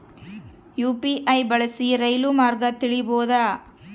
UPI ಬಳಸಿ ರೈಲು ಮಾರ್ಗ ತಿಳೇಬೋದ?